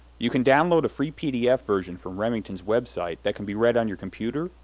you can download a free pdf version from remington's website that can be read on your computer,